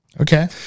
Okay